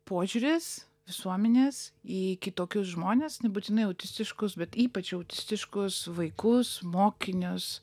požiūris visuomenės į kitokius žmones nebūtinai autistiškus bet ypač autistiškus vaikus mokinius